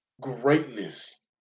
Greatness